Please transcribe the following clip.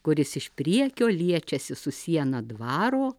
kuris iš priekio liečiasi su siena dvaro